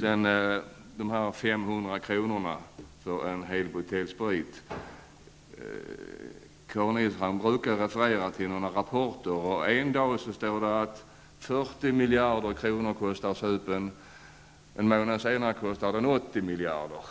Sedan till de där femhundra kronorna för en hel butelj sprit. Karin Israelsson brukar referera till rapporter. Men en dag står det att det kostar 40 miljarder kronor, medan det en månad senare står att det kostar 80 miljarder kronor.